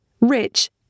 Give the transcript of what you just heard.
rich